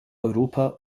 europa